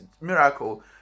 miracle